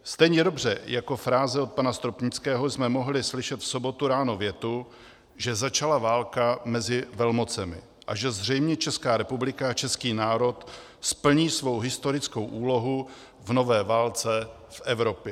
Stejně dobře jako fráze od pana Stropnického jsme mohli slyšet v sobotu ráno větu, že začala válka mezi velmocemi a že zřejmě Česká republika a český národ splní svou historickou úlohu v nové válce v Evropě.